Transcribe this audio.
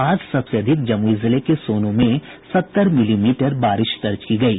आज सबसे अधिक जमुई जिले के सोनो में सत्तर मिलीमीटर बारिश दर्ज की गयी